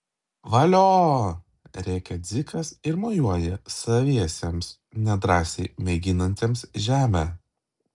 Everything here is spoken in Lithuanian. valio rėkia dzikas ir mojuoja saviesiems nedrąsiai mėginantiems žemę